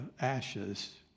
ashes